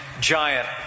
giant